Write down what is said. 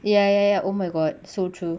ya ya ya oh my god so true